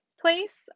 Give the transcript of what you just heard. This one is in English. place